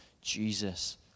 Jesus